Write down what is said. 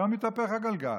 היום התהפך הגלגל.